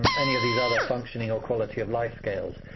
any of these other functioning or quality-of-life scales.